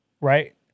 Right